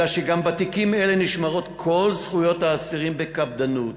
אלא שגם בתיקים אלה נשמרות כל זכויות האסירים בקפדנות.